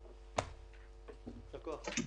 רבה.